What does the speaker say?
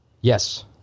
Yes